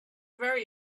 very